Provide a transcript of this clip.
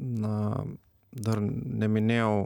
na dar neminėjau